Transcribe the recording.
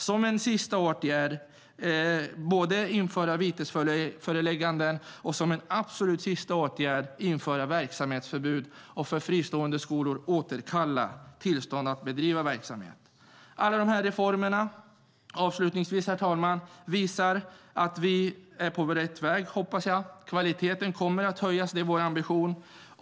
Som en sista åtgärd, efter vitesföreläggande, kan man besluta om verksamhetsförbud. Och när det gäller fristående skolor kan man återkalla tillståndet att bedriva verksamhet. Alla de här reformerna, herr talman, visar att vi är på rätt väg, hoppas jag. Kvaliteten kommer att höjas. Det är vår ambition.